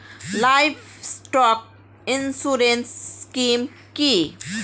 Livestock insurance scheme কি?